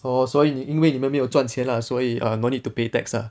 oh 所以你因为你们没有赚钱啦所以 no need to pay tax ah